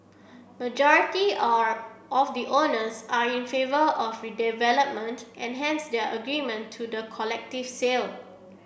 majority are of the owners are in favour of redevelopment and hence their agreement to the collective sale